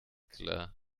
klar